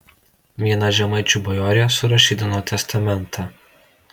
viena žemaičių bajorė surašydino testamentą